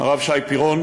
הרב שי פירון,